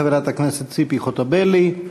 חברת הכנסת ציפי חוטובלי,